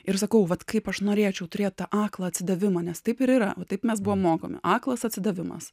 ir sakau vat kaip aš norėčiau turėti tą aklą atsidavimą nes taip ir yra o taip mes buvome mokomi aklas atsidavimas